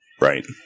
Right